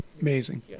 Amazing